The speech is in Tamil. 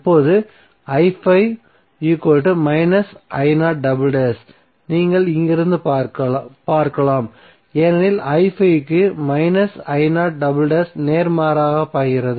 இப்போது ஐ நீங்கள் இங்கிருந்து பார்க்கலாம் ஏனெனில் க்கு நேர்மாறாக பாய்கிறது